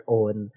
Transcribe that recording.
own